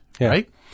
Right